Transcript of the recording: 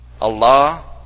Allah